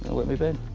wet me bed.